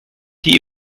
die